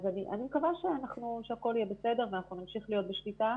אני מקווה שהכול יהיה בסדר ואנחנו נמשיך להיות בשליטה,